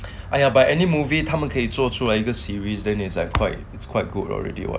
!aiya! but any movie 他们可以做出了一个 series then is like quite it's quite good already [what]